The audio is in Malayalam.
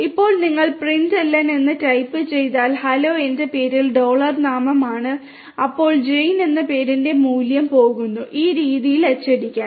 ഇപ്പോൾ നിങ്ങൾ println എന്ന് ടൈപ്പ് ചെയ്താൽ ഹലോ എന്റെ പേര് ഡോളർ നാമമാണ് അപ്പോൾ ജെയിൻ എന്ന പേരിന്റെ മൂല്യം പോകുന്നു ഈ രീതിയിൽ അച്ചടിക്കാൻ